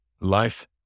life